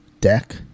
deck